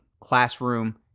classroom